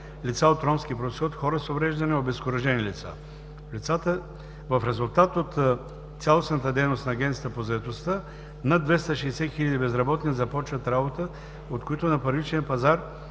лица от ромски произход, хора с увреждания, обезкуражени лица. В резултат от цялостната дейност на Агенцията по заетостта, над 260 хиляди безработни започват работа, от които на първичния пазар